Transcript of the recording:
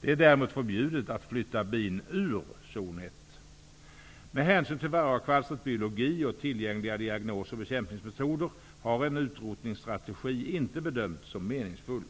Det är däremot förbjudet att flytta bin ur zon 1. Med hänsyn till varroakvalstrets biologi och tillgängliga diagnos och bekämpningsmetoder har en utrotningsstrategi inte bedömts som meningsfull.